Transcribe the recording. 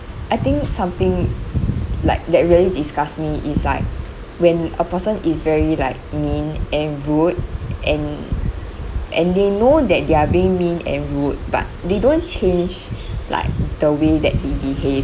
I think something like that really disgusts me is like when a person is very like mean and rude and and they know that they are being mean and rude but they don't change like the way that they behave